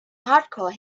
hardcore